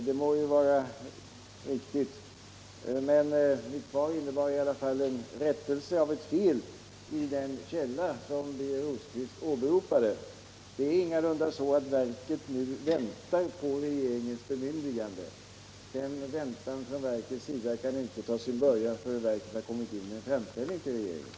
Det må vara riktigt, men mitt svar innebar ändå en rättelse av ett fel i den källa som Birger Rosqvist åberopade. Det är ingalunda så att verket nu väntar på regeringens bemyndigande. Denna väntan kan inte ta sin början förrän verket lämnat in en framställning till regeringen.